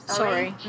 sorry